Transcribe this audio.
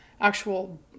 actual